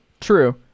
True